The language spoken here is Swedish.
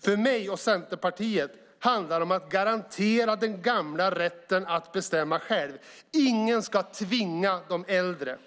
För mig och Centerpartiet handlar det om att garantera den gamla rätten att bestämma själv. Ingen ska tvinga de äldre.